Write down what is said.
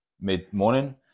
mid-morning